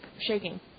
shaking